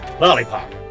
Lollipop